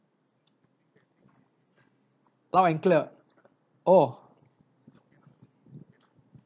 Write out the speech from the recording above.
loud and clear oh